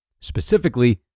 Specifically